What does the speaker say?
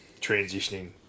transitioning